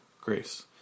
Grace